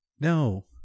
No